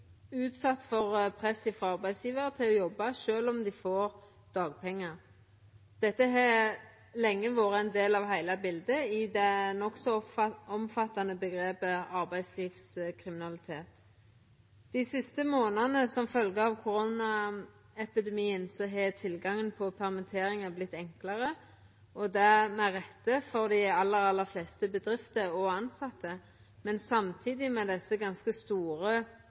for press frå arbeidsgjevar til å jobba sjølv om dei får dagpengar. Dette har lenge vore ein del av heile bildet i det nokså omfattande omgrepet «arbeidslivskriminalitet». Dei siste månadene, som følgje av koronaepidemien, har tilgangen på permitteringar vorte enklare. Det har vore med rette for dei aller fleste bedrifter og tilsette, men samtidig har nok også, med desse ganske store